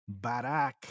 Barack